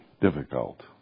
difficult